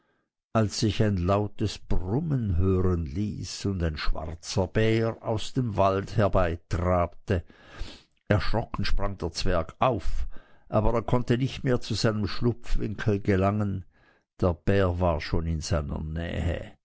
als sich ein lautes brummen hören ließ und ein schwarzer bär aus dem walde herbeitrabte erschrocken sprang der zwerg auf aber er konnte nicht mehr zu seinem schlupfwinkel gelangen der bär war schon in seiner nähe